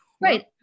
Right